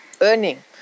earning